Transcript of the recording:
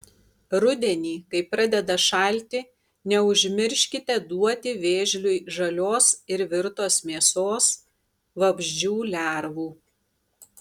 rudenį kai pradeda šalti neužmirškite duoti vėžliui žalios ir virtos mėsos vabzdžių lervų